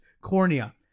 cornea